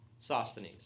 Sosthenes